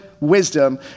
wisdom